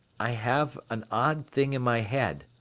i have an odd thing in my head,